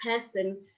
person